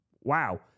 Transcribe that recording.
wow